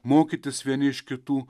mokytis vieni iš kitų